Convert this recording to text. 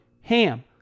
HAM